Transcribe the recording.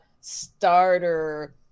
starter